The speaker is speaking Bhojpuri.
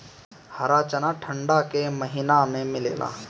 हरा चना ठंडा के महिना में मिलेला